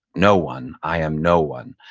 no one, i am no one.